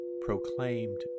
proclaimed